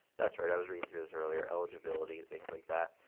that's right, i was reading through this earlier. eligibility, and things like that.